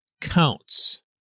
counts